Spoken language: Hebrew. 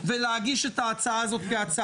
וגם עורך הדין כהנא יתייחס לנושא.